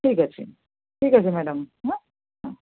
ঠিক আছে ঠিক আছে ম্যাডাম হ্যাঁ হুম